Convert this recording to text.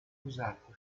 usati